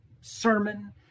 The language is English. sermon